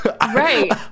right